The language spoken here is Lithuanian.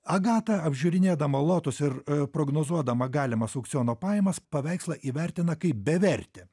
agata apžiūrinėdama lotus ir prognozuodama galimas aukciono pajamas paveikslą įvertina kaip bevertį